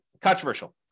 controversial